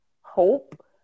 hope